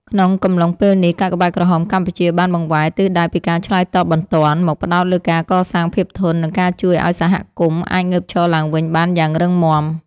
ក្នុងកំឡុងពេលនេះ កាកបាទក្រហមកម្ពុជាបានបង្វែរទិសដៅពីការឆ្លើយតបបន្ទាន់ មកផ្ដោតលើការកសាងភាពធន់ និងការជួយឱ្យសហគមន៍អាចងើបឈរឡើងវិញបានយ៉ាងរឹងមាំ។